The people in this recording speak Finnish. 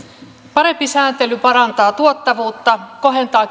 parempi sääntely parantaa tuottavuutta kohentaa